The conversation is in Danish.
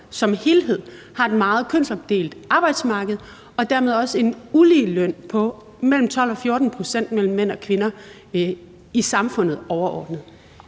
som helhed har et meget kønsopdelt arbejdsmarked og dermed også en uligeløn på mellem 12 og 14 pct. mellem mænd og kvinder i samfundet overordnet.